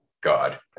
God